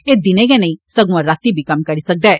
एह् दिनें गै नेईं सगुआ रातीं बी कम्म करी सकदा ऐ